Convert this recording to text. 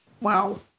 Wow